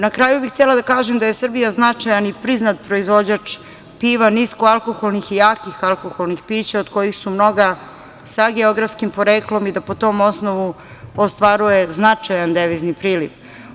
Na kraju bih htela da kažem da je Srbija značajan i priznat proizvođač piva, nisko alkoholnih i jakih alkoholnih pića od kojih su mnoga sa geografskim poreklom i da po tom osnovu ostvaruje značajan devizni priliv.